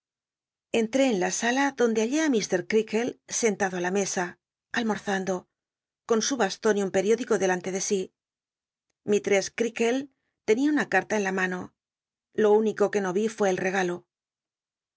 entré en la sala donde hallé i mr creakle sentado t la mesa almol'zando con su baston y un periódico delante de si mistrcss crea kle tenia una carta en la mano lo único que no vi fué el regalo